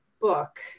book